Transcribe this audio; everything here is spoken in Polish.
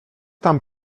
tam